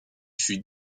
fut